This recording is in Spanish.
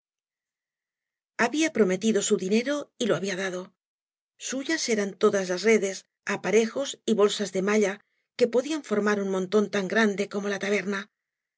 había prometido su dinero y lo había dado suyas eran todas las redes aparejos y bolsas de malla que podían formar un montón tan grande como la taberna